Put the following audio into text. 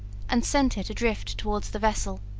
and sent it adrift towards the vessel.